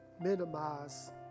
minimize